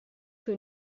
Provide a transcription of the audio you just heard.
que